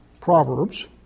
Proverbs